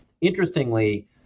Interestingly